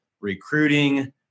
recruiting